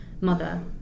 mother